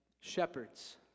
shepherds